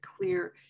clear